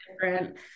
different